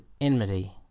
enmity